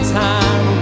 time